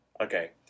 Okay